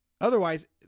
Otherwise